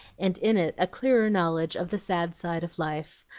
and in it a clearer knowledge of the sad side of life,